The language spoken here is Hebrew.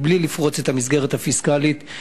ובלי לפרוץ את המסגרת הפיסקלית,